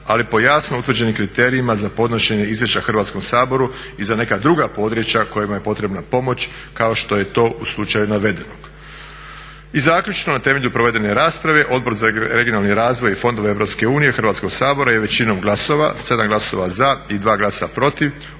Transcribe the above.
ali po jasno utvrđenim kriterijima za podnošenje izvješća Hrvatskom saboru i za neka druga područja kojima je potrebna pomoć kao što je to u slučaju navedenog. I zaključno, na temelju provedene rasprave Odbor za regionalni razvoj i fondove EU Hrvatskog sabora je većinom glasova 7 glasova za i 2 glasa protiv